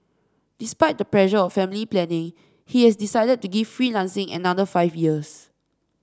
despite the pressure of family planning he has decided to give freelancing another five years